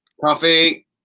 Coffee